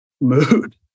mood